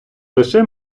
лише